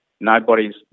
Nobody's